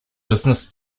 business